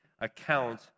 account